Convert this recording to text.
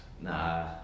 Nah